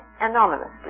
anonymously